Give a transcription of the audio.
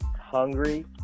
hungry